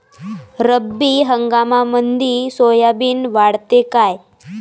रब्बी हंगामामंदी सोयाबीन वाढते काय?